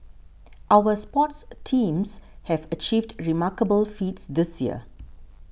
our sports teams have achieved remarkable feats this year